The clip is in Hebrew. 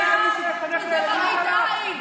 זה מראית עין.